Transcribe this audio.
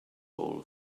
ball